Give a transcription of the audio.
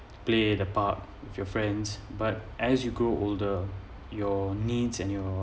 play the part with your friends but as you grow older your needs and your